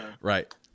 Right